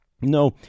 No